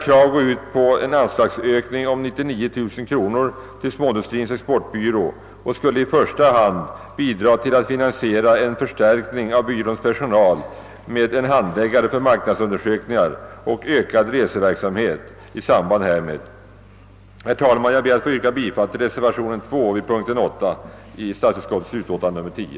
Kravet går ut på en anslagsökning om 61 000 kronor till Småindustrins exportbyrå och skulle i första hand bidra till att finansiera en förstärkning av byråns personal med en handläggare för marknadsundersökningar och ökad reseverksamhet i samband härmed. Herr talman! Jag ber att få yrka bifall till reservationen 2 vid punkten 8 i utskottets förevarande utlåtande nr 10.